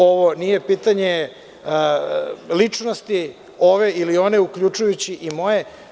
Ovo nije pitanje ličnosti ove ili one, uključujući i moje.